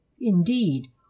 indeed